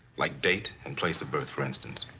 like date and place of birth, for instance.